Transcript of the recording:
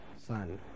son